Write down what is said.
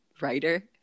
writer